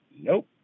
Nope